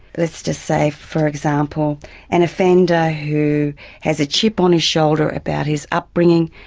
let's just say for example an offender who has a chip on his shoulder about his upbringing,